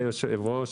אדוני היושב ראש,